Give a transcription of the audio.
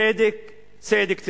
צדק צדק תרדוף.